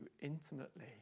intimately